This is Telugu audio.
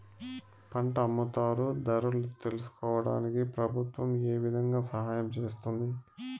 పంట అమ్ముతారు ధరలు తెలుసుకోవడానికి ప్రభుత్వం ఏ విధంగా సహాయం చేస్తుంది?